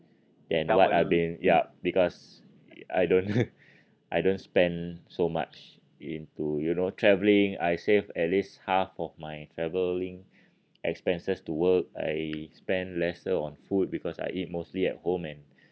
then what I've been ya because I don't I don't spend so much into you know travelling I save at least half of my travelling expenses to work I spend lesser on food because I eat mostly at home and